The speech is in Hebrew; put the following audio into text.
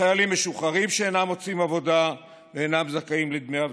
חיילים משוחררים שאינם מוצאים עבודה ואינם זכאים לדמי אבטלה.